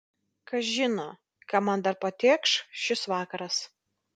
kas žino ką man dar patėkš šis vakaras